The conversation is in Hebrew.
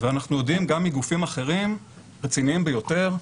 אנחנו יודעים גם מגופים אחרים רציניים ביותר,